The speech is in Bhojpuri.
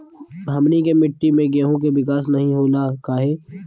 हमनी के मिट्टी में गेहूँ के विकास नहीं होला काहे?